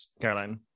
Caroline